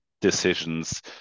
decisions